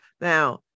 now